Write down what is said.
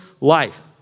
life